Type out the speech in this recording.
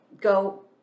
go